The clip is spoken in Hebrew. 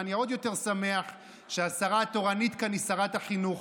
ואני עוד יותר שמח שהשרה התורנית כאן היא שרת החינוך.